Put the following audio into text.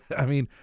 i mean,